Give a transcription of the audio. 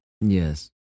Yes